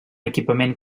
equipament